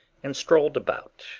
and strolled about,